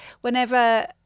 whenever